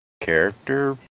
character